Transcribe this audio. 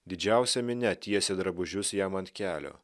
didžiausia minia tiesė drabužius jam ant kelio